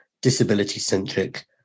disability-centric